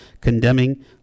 condemning